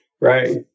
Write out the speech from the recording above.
Right